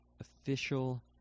official